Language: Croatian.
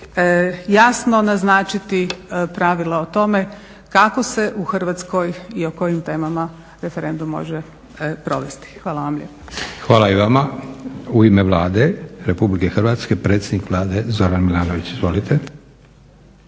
jasno naznačiti pravila o tome kako se u Hrvatskoj i o kojim temama referendum može provesti. Hvala vam lijepa. **Leko, Josip (SDP)** Hvala i vama. U ime Vlade RH predsjednik Vlade Zoran Milanović. Izvolite.